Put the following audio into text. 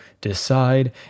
decide